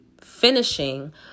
finishing